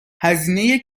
هزینه